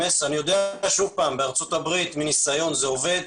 אני יודע שבארצות הברית, מניסיון, זה עובד.